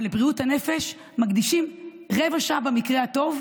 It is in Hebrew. אבל לבריאות הנפש מקדישים רבע שעה במקרה הטוב.